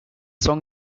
song